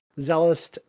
zealous